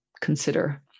consider